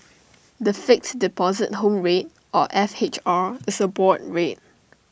the Fixed Deposit Home Rate or F H R is A board rate